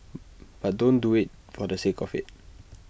but don't do IT for the sake of IT